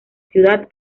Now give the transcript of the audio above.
ciudad